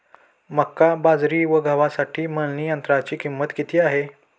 मका, बाजरी व गव्हासाठी मळणी यंत्राची किंमत किती आहे?